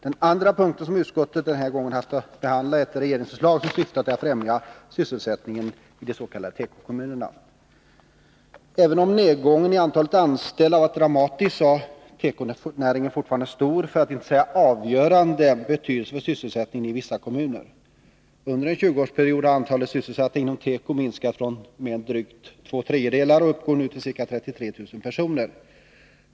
Den andra punkt som utskottet den här gången haft att behandla är ett regeringsförslag som syftar till att främja sysselsättningen i de s.k. tekokommunerna. Även om nedgången i antalet anställda har varit dramatisk har tekonäringen stor, för att inte säga avgörande, betydelse för sysselsättningen i vissa kommuner. Under en 20-årsperiod har antalet sysselsatta inom teko minskat med drygt två tredjedelar och uppgår nu till ca 33 000.